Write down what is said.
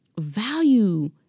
value